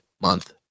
month